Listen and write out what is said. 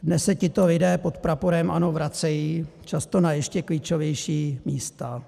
Dnes se tito lidé pod praporem ANO vracejí, často na ještě klíčovější místa.